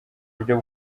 buryo